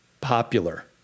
popular